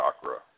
chakra